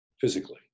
physically